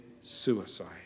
suicide